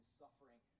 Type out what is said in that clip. suffering